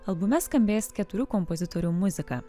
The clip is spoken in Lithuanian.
albume skambės keturių kompozitorių muzika